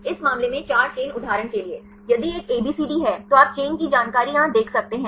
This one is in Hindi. इस मामले में 4 चेन उदाहरण के लिए यदि एक एबीसीडी है तो आप चेन की जानकारी यहां देख सकते हैं